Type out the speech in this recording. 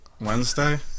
Wednesday